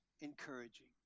encouraging